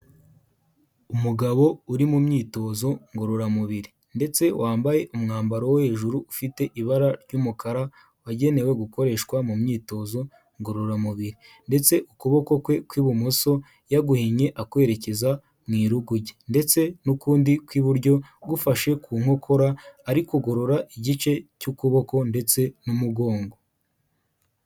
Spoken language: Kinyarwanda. Umugabo uri mu myitozo ngororamubiri ndetse wambaye umwambaro wo hejuru ufite ibara ry'umukara, wagenewe gukoreshwa mu myitozo ngororamubiri ndetse ukuboko kwe kw'ibumoso yaguhinnye akwerekeza mu iruguge rye ndetse n'ukundi kw'iburyo gufashe ku nkokora ari kugorora igice cy'ukuboko ndetse n'umugongo.